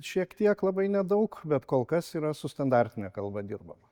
šiek tiek labai nedaug bet kol kas yra su standartine kalba dirbama